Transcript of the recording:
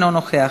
אינו נוכח,